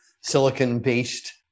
silicon-based